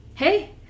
Hey